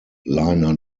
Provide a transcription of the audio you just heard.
liner